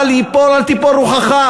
אל תיפול רוחך,